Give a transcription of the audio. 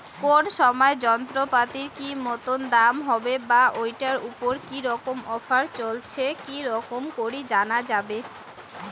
কোন সময় যন্ত্রপাতির কি মতন দাম হবে বা ঐটার উপর কি রকম অফার চলছে কি রকম করি জানা যাবে?